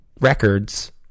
records